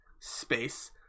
space